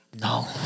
No